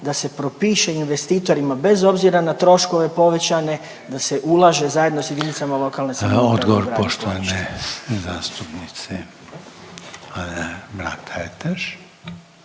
da se propiše investitorima, bez obzira na troškove povećane, da se ulaže zajedno s jedinicama lokalne samouprave. .../Govornici govore istovremeno, ne razumije